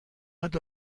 hat